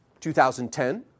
2010